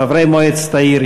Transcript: חברי מועצת העיר,